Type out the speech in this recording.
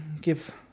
give